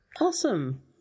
Awesome